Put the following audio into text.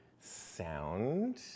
sound